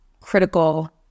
critical